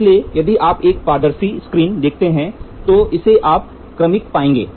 इसलिए यदि आप एक पारदर्शी स्क्रीन देखते हैं तो इसे आप क्रमिक पाएंगे